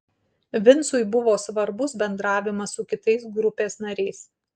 vincui buvo svarbus bendravimas su kitais grupės nariais